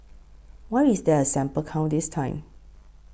why is there a sample count this time